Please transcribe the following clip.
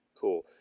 Cool